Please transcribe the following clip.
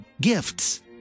gifts